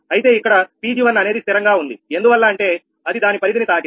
అయితే ఇక్కడ Pg1 అనేది స్థిరంగా ఉంది ఎందువల్ల అంటే అది దాని పరిధిని తాకింది